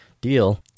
deal